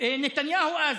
נתניהו אז?